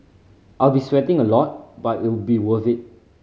I'll be sweating a lot but it'll be worth it